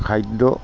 খাদ্য